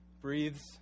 breathes